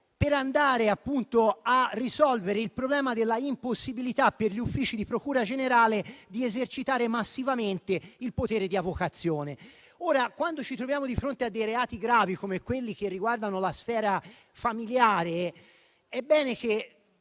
di affari, per risolvere il problema dell'impossibilità per gli uffici della procura generale di esercitare massivamente il potere di avocazione. Quando ci troviamo di fronte a reati gravi come quelli che riguardano la sfera familiare, dobbiamo